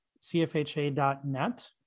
cfha.net